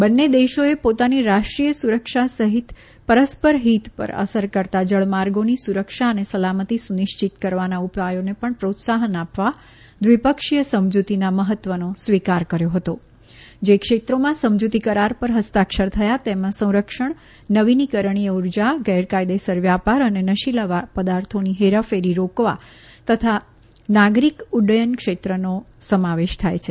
બંને દેશોએ પોતાની રાષ્ટ્રીય સુરક્ષા સહિત પરસ્પર હિત પર અસર કરતા જળમાર્ગોની સુરક્ષા અને સલામતી સુનિશ્ચિત કરવાના ઉપાયોને પ્રોત્સાફન આપવા દ્વિપક્ષીય સમજૂતીના મહત્વનો સ્વીકાર કર્યો હતો જે ક્ષેત્રોમાં સમજૂતી કરાર પર હસ્તાક્ષર થયા તેમાં સંરક્ષણ નવીનિકરણીય ઉર્જા ગેરકાયદેસર વ્યાપાર અને નશીલા પદાર્થોની હેરાફેરી રોકવા તથા નાગરિક ઉડ્ડયન ક્ષેત્રનો સમાવેશ થાય છે